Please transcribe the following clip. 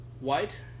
white